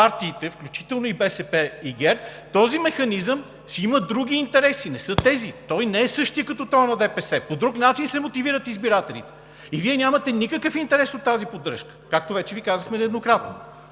партиите, включително и БСП, и ГЕРБ, този механизъм си има други интереси, не са тези. Той не е същият, както този на ДПС. По друг начин се мотивират избирателите. И Вие нямате никакъв интерес от тази поддръжка, както вече Ви казахме нееднократно.